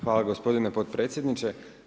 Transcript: Hvala gospodine potpredsjedniče.